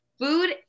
food